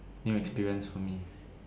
new experience for me